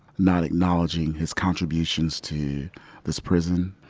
not acknowledging his contributions to this prison,